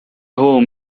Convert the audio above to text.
home